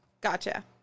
gotcha